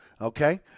Okay